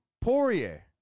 Poirier